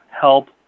help